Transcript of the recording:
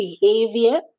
behavior